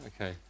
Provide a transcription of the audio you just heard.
okay